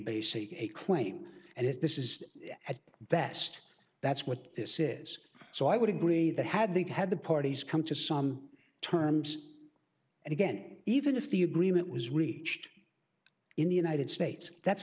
seeking a claim and if this is at best that's what this is so i would agree that had they've had the parties come to some terms and again even if the agreement was reached in the united states that's